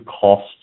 costs